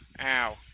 ow